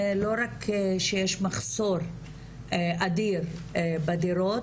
לא רק שיש מחסור אדיר בדירות,